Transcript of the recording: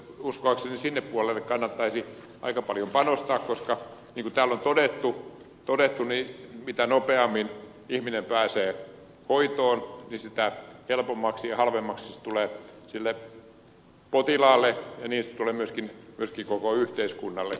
uskoakseni sinne puolelle kannattaisi aika paljon panostaa koska niin kuin täällä on todettu mitä nopeammin ihminen pääsee hoitoon sitä helpommaksi ja halvemmaksi se tulee sille potilaalle ja niin se tulee myöskin koko yhteiskunnalle